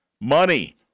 money